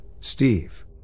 Steve